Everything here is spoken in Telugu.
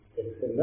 తెలిసిందా